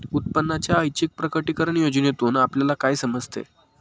उत्पन्नाच्या ऐच्छिक प्रकटीकरण योजनेतून आपल्याला काय समजते?